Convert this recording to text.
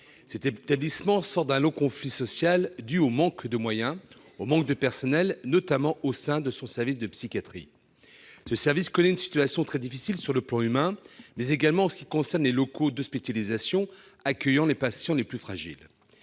Cet établissement sort d'un long conflit social dû au manque de moyens et de personnels, notamment au sein de son service de psychiatrie. Ce service connaît une situation très difficile sur le plan humain, mais également pour ce qui concerne les locaux d'hospitalisation, qui accueillent les patients les plus fragiles.